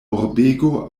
urbego